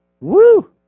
Woo